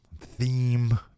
theme